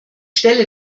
stelle